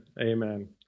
Amen